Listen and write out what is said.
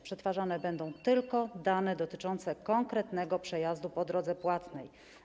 Przetwarzane będą tylko dane dotyczące konkretnego przejazdu po drodze płatnej.